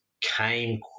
came